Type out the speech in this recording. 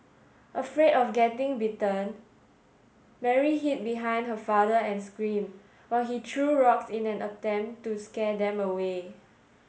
afraid of getting bitten Mary hid behind her father and screamed while he threw rocks in an attempt to scare them away